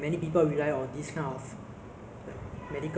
you know like maybe more people would want to live in singapore